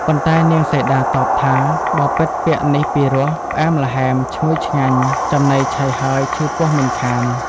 ប៉ុន្តែនាងសីតាតបថា «បពិត្រពាក្យនេះពីរោះ ផ្អែមល្ហែម ឈ្ងុយឆ្ងាញ់ ចំណីឆីហើយឈឺពោះមិនខាន»។